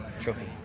trophy